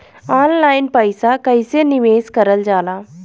Online पईसा कईसे निवेश करल जाला?